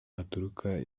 haturuka